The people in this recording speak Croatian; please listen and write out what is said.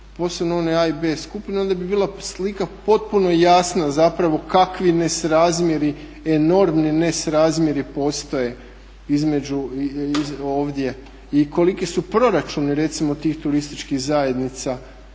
posebno one A i B skupine onda bi bila slika potpuno jasno zapravo kakvi nesrazmjeri, enormni nesrazmjeri postoje ovdje i koliki su proračuni recimo tih turističkih zajednica